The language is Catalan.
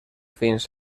fins